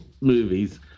movies